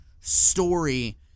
story